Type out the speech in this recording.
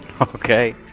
Okay